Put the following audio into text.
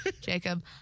Jacob